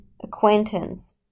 acquaintance